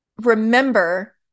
remember